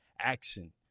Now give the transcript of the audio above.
Action